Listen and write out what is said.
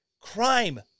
Crime